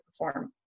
perform